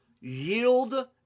yield